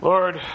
Lord